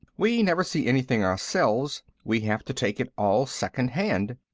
we never see anything ourselves. we have to take it all secondhand.